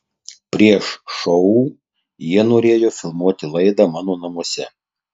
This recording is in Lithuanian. prieš šou jie norėjo filmuoti laidą mano namuose